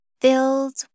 filled